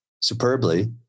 superbly